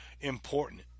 important